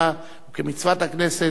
כמצוות הכנסת,